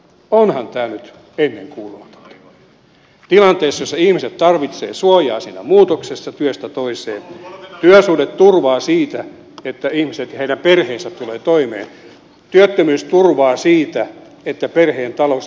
onhan tämä nyt ennenkuulumatonta tilanteessa jossa ihmiset tarvitsevat suojaa siinä muutoksessa työstä toiseen työsuhdeturvaa siinä että ihmiset ja heidän perheensä tulevat toimeen työttömyysturvaa siinä että perheen talous ei romahda